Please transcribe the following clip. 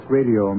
Radio